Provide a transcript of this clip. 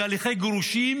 הוא בהליכי גירושין